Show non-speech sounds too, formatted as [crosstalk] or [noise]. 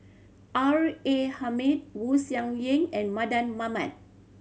R A Hamid Wu [unintelligible] Yen and Mardan Mamat